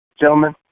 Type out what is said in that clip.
Gentlemen